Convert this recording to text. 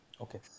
Okay